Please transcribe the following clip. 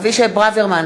בעד מוחמד